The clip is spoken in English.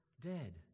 dead